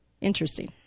Interesting